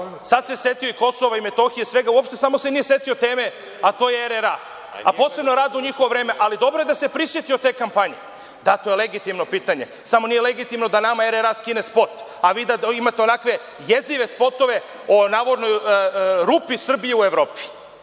sad se setio i Kosova i Metohije, svega uopšte, samo se nije setio teme, a to je RRA, a posebno rad u njihovo vreme, ali dobro je da se prisetio te kampanje. Da, to je legitimno pitanje, samo nije legitimno da nama RRA skine spot, a vi da imate onakve jezive spotove o navodnoj rupi Srbije u Evropi.